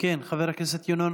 (קוראת בשם חבר הכנסת)